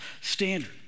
standard